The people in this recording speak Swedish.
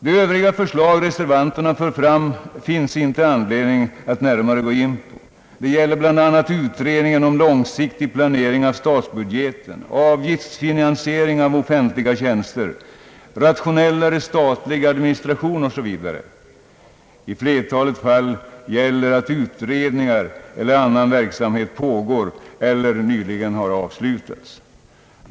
De övriga förslag reservanterna för fram finns inte anledning att närmare gå in på. Det gäller utredningen om långsiktig planering av statsbudgeten, avgiftsfinansiering av offentliga tjänster, rationellare statlig administration. I flertalet fall gäller att utredningar och annan verksamhet pågår eller nyligen har avslutats.